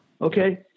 okay